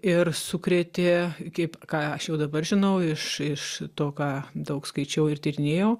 ir sukrėtė kaip ką aš jau dabar žinau iš iš to ką daug skaičiau ir tyrinėjau